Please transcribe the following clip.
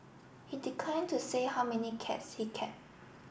he declined to say how many cats he kept